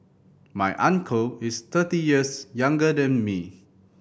my uncle is thirty years younger than me